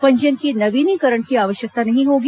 पंजीयन की नवीनीकरण की आवश्यकता नहीं होगी